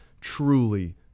truly